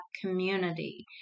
community